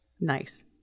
nice